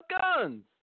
guns